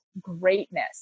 greatness